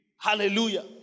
Hallelujah